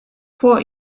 vor